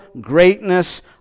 greatness